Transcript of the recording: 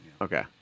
Okay